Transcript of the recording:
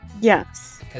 Yes